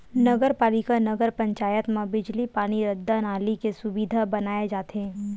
नगर पालिका, नगर पंचायत म बिजली, पानी, रद्दा, नाली के सुबिधा बनाए जाथे